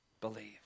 believe